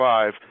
Five